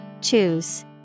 Choose